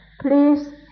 please